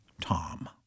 Tom